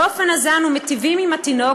באופן הזה אנו מיטיבים עם התינוק